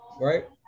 right